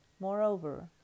Moreover